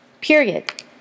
period